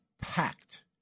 packed